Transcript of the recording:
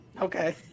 Okay